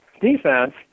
defense